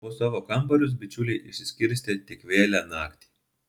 po savo kambarius bičiuliai išsiskirstė tik vėlią naktį